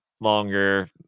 longer